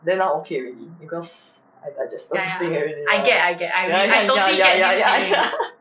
then now okay already because I just figured it out ya ya ya ya ya ya ya